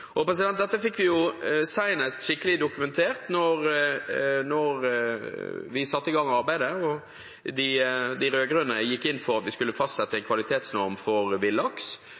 Dette fikk vi skikkelig dokumentert senest da vi satte i gang arbeidet og de rød-grønne gikk inn for at vi skulle fastsette en kvalitetsnorm for villaks.